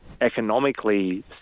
economically